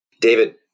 David